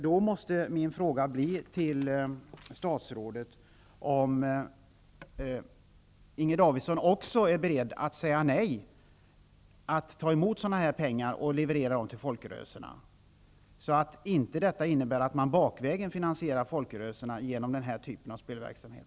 Är Inger Davidson också beredd att säga nej till att ta emot sådana här pengar och leverera dem till folkrörelserna, så att detta inte innebär att man bakvägen finansierar folkrörelserna genom denna typ av spelverksamhet?